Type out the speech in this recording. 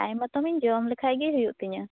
time ᱢᱚᱛᱚᱱᱤᱧ ᱡᱚᱢ ᱞᱮᱠᱷᱟᱡ ᱜᱮ ᱦᱩᱭᱩᱜ ᱛᱤᱧᱟᱹ